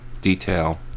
detail